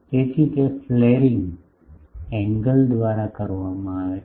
તેથી તે flaring angle દ્વારા કરવામાં આવે છે